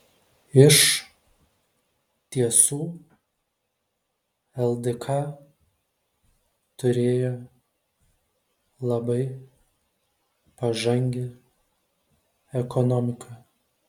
iš tiesų ldk turėjo labai pažangią ekonomiką